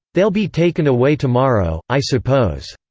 they'll be taken away tomorrow, i suppose.